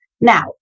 Now